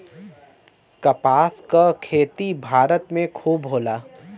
कपास क खेती भारत में खूब होला